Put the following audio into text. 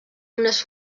unes